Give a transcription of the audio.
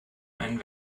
einen